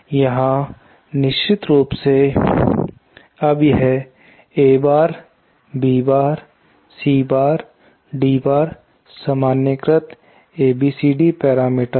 यहां निश्चित रूप से अब यह A bar B bar C bar D bar सामान्य कृत ABCD पैरामीटर हैं